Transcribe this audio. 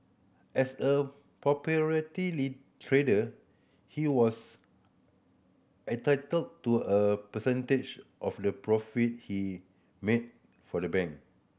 as a trader he was entitled to a percentage of the profit he made for the bank